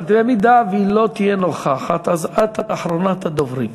במידה שהיא לא תהיה נוכחת, אז את אחרונת הדוברים.